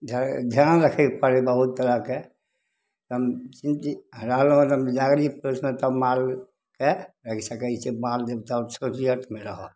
ध्यान ध्यान रखैक पड़ै हइ बहुत तरह कए सम ई की रहलौं हँ तऽ बिदागरी सब माल कए अय सऽ अयसऽ माल सब छोटियत मे रहत